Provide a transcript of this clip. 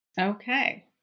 Okay